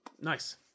nice